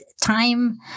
time